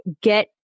get